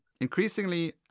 Increasingly